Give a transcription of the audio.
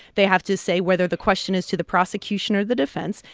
they have to say whether the question is to the prosecution or the defense,